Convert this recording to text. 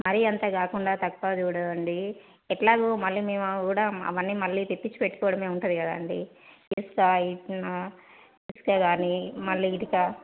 మరి అంత కాకుండా తక్కువ చూడండి ఎట్లాగో మళ్ళీ మేము కూడా అవన్నీ మళ్ళీ తెప్పించి పెట్టుకోవడం ఉంటుంది కదండి ఇసుక ఇసుక గానీ మళ్ళీ ఇటుక